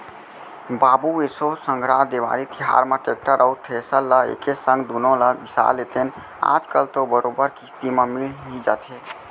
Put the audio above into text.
बाबू एसो संघरा देवारी तिहार म टेक्टर अउ थेरेसर ल एके संग दुनो ल बिसा लेतेन आज कल तो बरोबर किस्ती म मिल ही जाथे